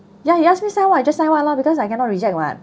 ya he ask me sign what I just sign what lah because I cannot reject [what]